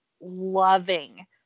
loving